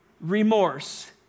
remorse